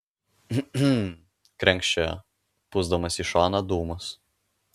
hm hm krenkščiojo pūsdamas į šoną dūmus